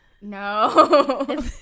No